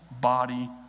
body